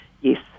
Yes